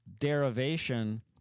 derivation